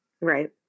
Right